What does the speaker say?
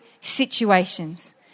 situations